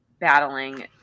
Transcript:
battling